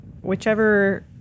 whichever